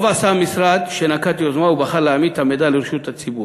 טוב עשה המשרד שנקט יוזמה ובחר להעמיד את המידע לרשות הציבור.